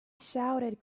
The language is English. shouted